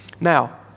Now